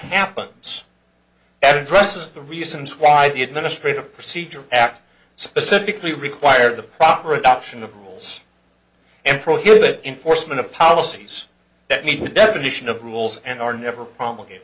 happens addresses the reasons why the administrative procedure act specifically required the proper adoption of rules and prohibit enforcement of policies that meet with definition of rules and are never promulgate